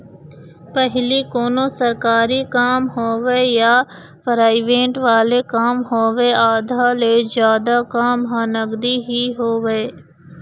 पहिली कोनों सरकारी काम होवय या पराइवेंट वाले काम होवय आधा ले जादा काम ह नगदी ही होवय